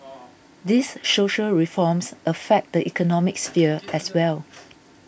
these social reforms affect the economic sphere as well